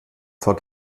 vor